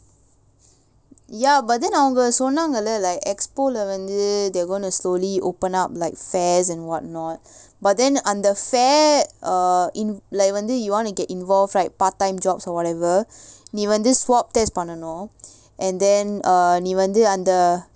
ya but then அவங்க சொன்னாங்கள்ல:avanga sonnangalla like expo leh வந்து:vanthu they're gonna slowly open up like fairs and what not but then அந்த:antha fair leh வந்து:vanthu you want to get involved right part time jobs or whatever நீ வந்து:nee vanthu swab test பண்ணனும்:pannanum and then err நீ வந்து அந்த:nee vanthu antha